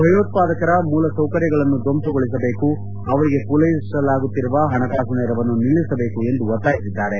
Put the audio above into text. ಭಯೋತ್ಪಾದಕರ ಮೂಲ ಸೌಕರ್ಯಗಳನ್ನು ದ್ವಂಸಗೊಳಿಸಬೇಕು ಅವರಿಗೆ ಪೂರೈಸಲಾಗುತ್ತಿರುವ ಹಣಕಾಸು ನೆರವನ್ನು ನಿಲ್ಲಿಸಬೇಕು ಎಂದು ಒತ್ತಾಯಿಸಿದ್ದಾರೆ